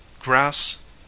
grass